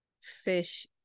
fish